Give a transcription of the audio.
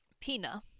Pina